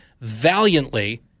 valiantly